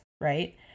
right